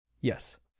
Yes